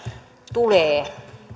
tulee